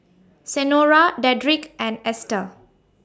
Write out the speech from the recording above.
Senora Dedrick and Ester